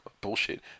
Bullshit